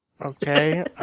Okay